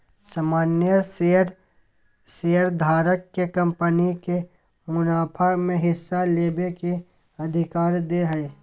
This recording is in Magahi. सामान्य शेयर शेयरधारक के कंपनी के मुनाफा में हिस्सा लेबे के अधिकार दे हय